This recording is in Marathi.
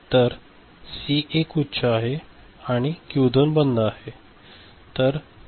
तर सी 1 उच्च आहे आणि क्यू 2 बंद आहे